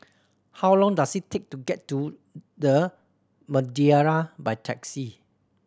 how long does it take to get to The Madeira by taxi